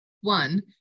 One